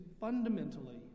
fundamentally